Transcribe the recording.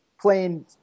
playing